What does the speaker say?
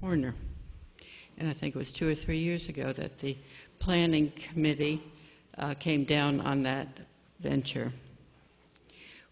corner and i think it was two or three years ago that the planning committee came down on that venture